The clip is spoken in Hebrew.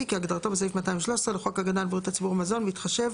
כהגדרתו בסעיף 213 לחוק הגנה על בריאות הציבור (מזון) בהתחשב